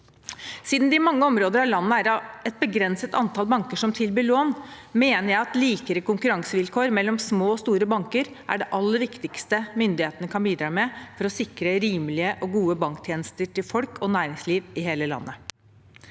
Siden det i mange områder av landet er et begrenset antall banker som tilbyr lån, mener jeg at likere konkurransevilkår mellom små og store banker er det aller viktigste myndighetene kan bidra med for å sikre rimelige og gode banktjenester til folk og næringsliv i hele landet.